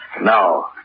No